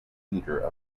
leader